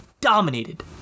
Dominated